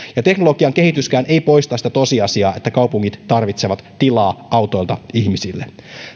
teknologian kehityskään ei poista sitä tosiasiaa että kaupungit tarvitsevat tilaa autoilta ihmisille